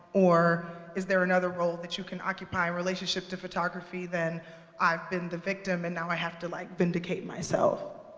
or is there another role that you can occupy relationship to photography than i've been the victim, and now i have to like vindicate myself?